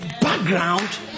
background